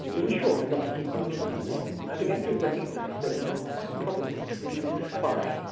in short, and not to keep on teasing the point, i began to recognise that it was quite probable that he was a spy,